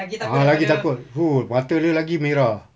ah lagi takut !fuh! mata dia lagi merah